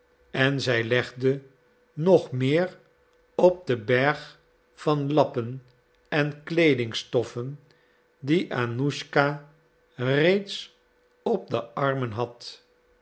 en zij legde nog meer op den berg van lappen en kleedingstoffen die annuschka reeds op de armen had